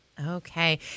Okay